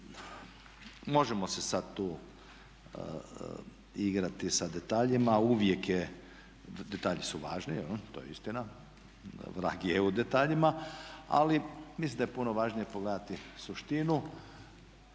možemo se sada tu igrati sa detaljima. Uvijek je, detalji su važni, to je istina. Vrag je u detaljima. Ali mislim da je puno važnije pogledati suštinu.